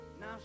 Now